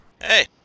Hey